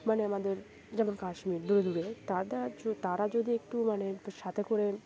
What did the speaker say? মানে আমাদের যেমন কাশ্মীর দূরে দূরে তারা তারা যদি একটু মানে সাথে করে